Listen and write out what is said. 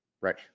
Right